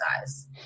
size